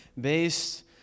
based